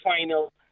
final